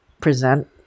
present